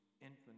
infinite